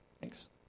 Thanks